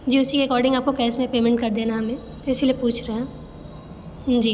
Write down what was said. जी उसी के अकोर्डिंग आपको कैस में पेमेंट कर देना हमें तो इसी लिए पूछ रहे हैं जी